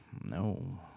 No